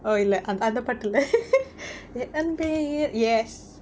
oh இல்ல அந்த பாட்டு இல்ல:illa antha paattu illa அன்பே என்:anbe en yes